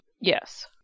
Yes